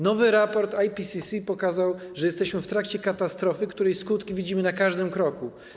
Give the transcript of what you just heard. Nowy raport IPCC pokazał, że jesteśmy w trakcie katastrofy, której skutki widzimy na każdym kroku.